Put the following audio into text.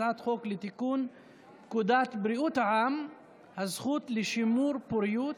הצעת חוק לתיקון פקודת בריאות העם (הזכות לשימור פוריות),